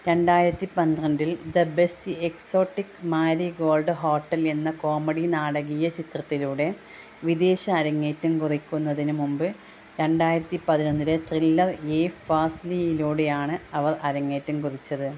രണ്ടായിരത്തി പന്ത്രണ്ടിൽ the best exotic marigold hotel എന്ന കോമഡി നാടകീയ ചിത്രത്തിലൂടെ വിദേശ അരങ്ങേറ്റം കുറിക്കുന്നതിന് മുമ്പ് രണ്ടായിരത്തി പതിനൊന്നിലെ ത്രില്ലർ യേ ഫാസ്ലിയിലൂടെയാണ് അവർ അരങ്ങേറ്റം കുറിച്ചത്